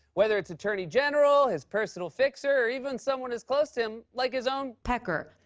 whether it's attorney general, his personal fixer, or even someone as close to him like his own. pecker.